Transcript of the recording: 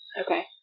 Okay